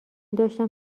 داشتم